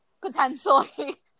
potentially